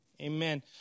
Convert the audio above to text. amen